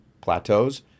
plateaus